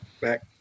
back